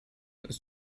ist